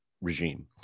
regime